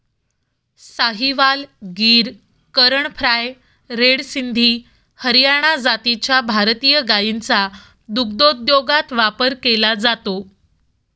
Sahiwal, Gir, Karan fries, red Sindhi, Haryana जातीच्या भारतीय गायींचा दुग्धोद्योगात वापर केला जातो